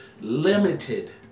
limited